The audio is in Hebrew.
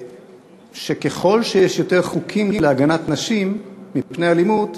שככל שיש יותר חוקים להגנת נשים מפני אלימות,